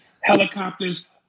helicopters